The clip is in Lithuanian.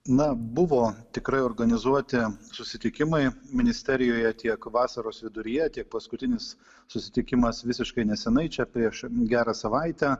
na buvo tikrai organizuoti susitikimai ministerijoje tiek vasaros viduryje tiek paskutinis susitikimas visiškai neseniai čia prieš gerą savaitę